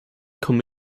komme